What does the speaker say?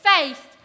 Faith